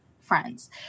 friends